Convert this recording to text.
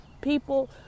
people